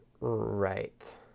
right